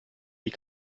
die